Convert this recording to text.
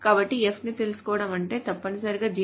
కాబట్టి F ని తెలుసుకోవడం అంటే తప్పనిసరిగా G